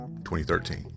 2013